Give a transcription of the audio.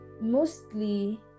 mostly